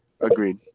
Agreed